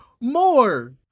more